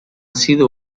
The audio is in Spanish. sido